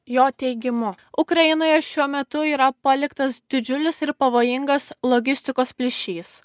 jo teigimu ukrainoje šiuo metu yra paliktas didžiulis ir pavojingas logistikos plyšys